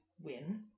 win